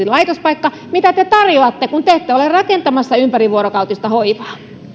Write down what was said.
laitospaikka mitä te tarjoatte kun te ette ole rakentamassa ympärivuorokautista hoivaa